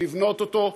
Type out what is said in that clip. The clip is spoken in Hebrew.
לבנות אותו,